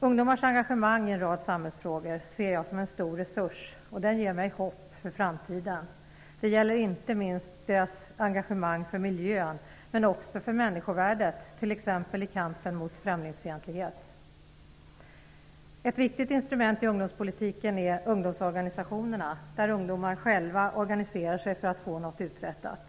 Ungdomars engagemang i en rad samhällsfrågor ser jag som en stor resurs som ger mig hopp om framtiden. Det gäller inte minst ungdomars engagemang för miljön och människovärdet, t.ex. i kampen mot främlingsfientligheten. Ett viktigt instrument i ungdomspolitiken är ungdomsorganisationerna, där ungdomar själva organiserar sig för att få något uträttat.